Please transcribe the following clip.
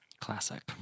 Classic